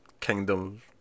kingdom